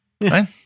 right